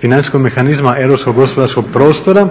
financijskog mehanizma europskog gospodarskog prostora,